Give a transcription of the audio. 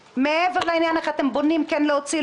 מעבר לעניין איך אתם בונים כן להוציא,